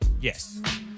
Yes